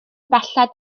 belled